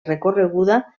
recorreguda